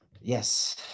Yes